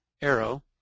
arrow